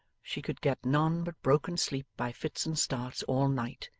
she could get none but broken sleep by fits and starts all night,